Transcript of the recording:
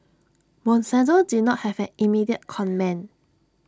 monsanto did not have an immediate comment